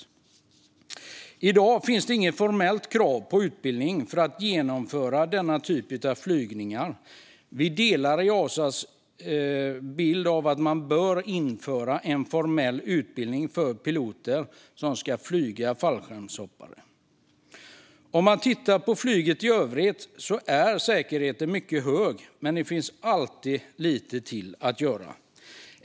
I dag finns inget formellt krav på utbildning för att genomföra denna typ av flygningar. Vi delar Easas bild av att man bör införa en formell utbildning för piloter som ska flyga fallskärmshoppare. För flyget i övrigt är säkerheten mycket hög, men det finns alltid lite till att göra.